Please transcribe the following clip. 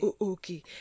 Okay